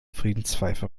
friedenspfeife